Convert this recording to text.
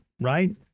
right